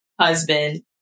husband